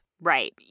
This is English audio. right